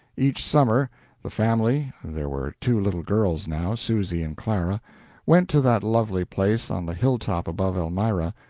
each summer the family there were two little girls now, susy and clara went to that lovely place on the hilltop above elmira,